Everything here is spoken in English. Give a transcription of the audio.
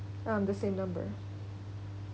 um the same number